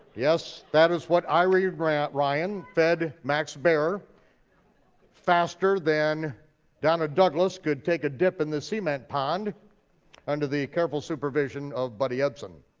yes, that is what irene ryan ryan fed max baer faster than donna douglas could take a dip in the cement pond under the careful supervision of but buddt ebsen.